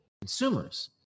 consumers